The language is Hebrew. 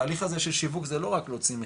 התהליך הזה של שיווק זה לא רק להוציא מכרז,